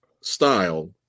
style